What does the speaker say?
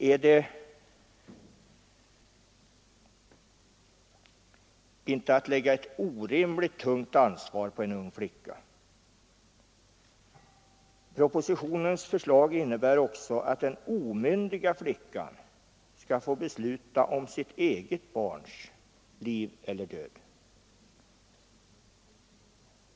Är det inte att lägga ett orimligt tungt ansvar på en ung flicka? Propositionens förslag innebär att också den omyndiga flickan skall få besluta om sitt eget barns liv eller död.